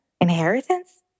inheritance